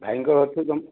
ଭାଇଙ୍କ ଘରଠୁ ତୁମ